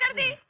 me.